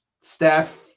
Steph